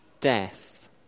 death